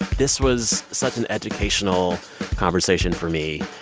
this was such an educational conversation for me.